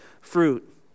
fruit